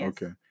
Okay